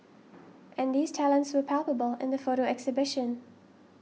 and these talents were palpable in the photo exhibition